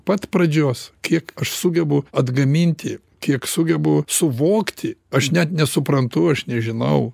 pat pradžios kiek aš sugebu atgaminti kiek sugebu suvokti aš net nesuprantu aš nežinau